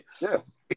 Yes